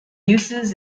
uses